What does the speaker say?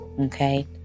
okay